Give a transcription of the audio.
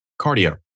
Cardio